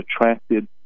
attracted